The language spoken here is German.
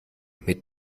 mit